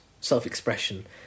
self-expression